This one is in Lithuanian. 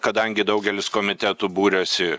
kadangi daugelis komitetų būrėsi